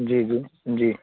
جی جی جی